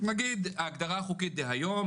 ההגדרה החוקית היום,